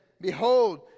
Behold